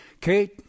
Kate